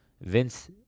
Vince